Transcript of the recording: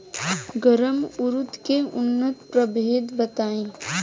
गर्मा उरद के उन्नत प्रभेद बताई?